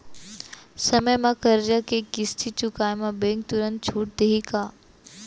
समय म करजा के किस्ती चुकोय म बैंक तुरंत छूट देहि का?